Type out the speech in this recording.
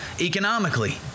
economically